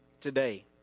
today